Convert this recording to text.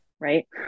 right